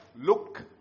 look